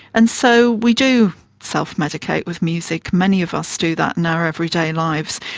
and so we do self-medicate with music, many of us do that in our everyday lives.